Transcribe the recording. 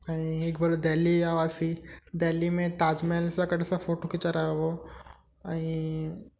ऐं हिक भेरो देहली विया हुआसीं देहली में ताजमहल सां गॾु असां फ़ोटो खिचराया हुआ ऐं